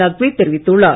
நக்வி தெரிவித்துள்ளார்